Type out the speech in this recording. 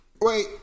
Wait